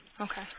Okay